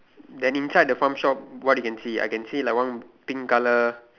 then inside the farm shop what can you see I can see like one pink colour